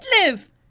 live